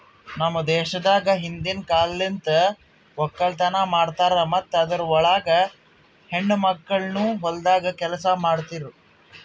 ನಮ್ ದೇಶದಾಗ್ ಹಿಂದಿನ್ ಕಾಲಲಿಂತ್ ಒಕ್ಕಲತನ ಮಾಡ್ತಾರ್ ಮತ್ತ ಅದುರ್ ಒಳಗ ಹೆಣ್ಣ ಮಕ್ಕಳನು ಹೊಲ್ದಾಗ್ ಕೆಲಸ ಮಾಡ್ತಿರೂ